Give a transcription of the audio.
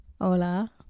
Hola